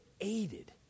aided